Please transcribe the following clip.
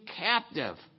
captive